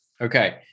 Okay